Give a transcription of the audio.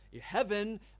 heaven